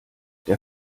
der